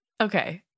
Okay